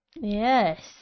Yes